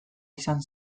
izan